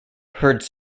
herds